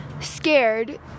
Scared